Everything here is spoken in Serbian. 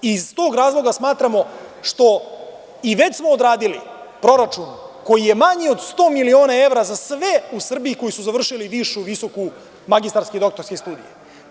Iz tog razloga smatramo i već smo odradili proračun koji je manji od sto miliona evra za sve u Srbiji koji su završili višu, visoku, magistarske i doktorske studije.